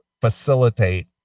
facilitate